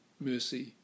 mercy